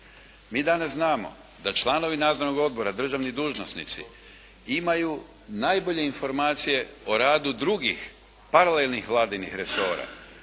Mi danas znamo da članovi nadzornog odbora, državni dužnosnici imaju najbolje informacije o radu drugih paralelnih vladinih resora